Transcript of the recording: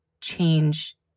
change